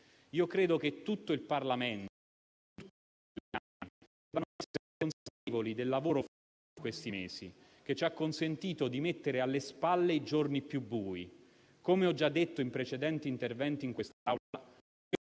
Io credo che tutto il Parlamento, tutti gli italiani debbano essere consapevoli del lavoro svolto in questi mesi, che ci ha consentito di mettere alle spalle i giorni più bui. Come ho già detto in precedenti interventi in quest'Aula,